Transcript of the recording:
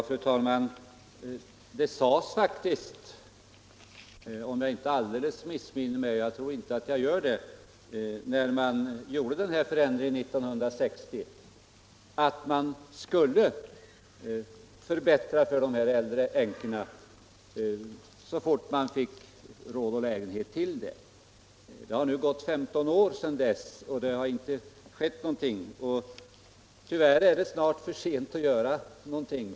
Fru talman! Om jag inte missminner mig — och jag tror inte att jag gör det — förklarades det när vi gjorde denna förändring 1960 att vi skulle förbättra situationen för de äldre änkorna så fort vi fick råd till det. Det har nu gått 15 år sedan dess, och det har inte hänt någonting. Snart är det tyvärr för sent att göra någonting.